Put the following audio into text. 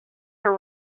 her